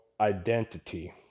identity